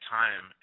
time